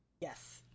yes